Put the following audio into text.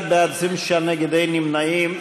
41 בעד, 26 נגד, אין נמנעים.